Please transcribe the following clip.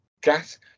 Gas